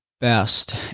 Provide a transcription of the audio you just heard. best